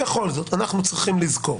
בכל זאת אנחנו צריכים לזכור,